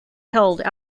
held